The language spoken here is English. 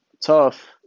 Tough